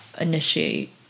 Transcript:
initiate